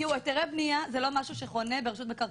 היתרי בנייה זה לא משהו שחונה ברשות מקרקעי ישראל.